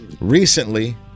recently